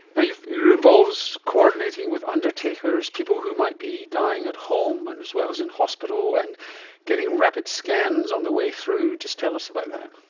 yeah it involves involves coordinating with undertakers, people who might be dying at home and as well as in hospital, and getting rapid scans on the way through. just tell us about that.